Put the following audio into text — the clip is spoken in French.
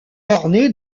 ornée